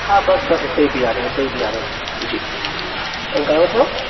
हा बसि बसि हिते ई बीहारियो हिते ई बीहारियो जी घणो थियो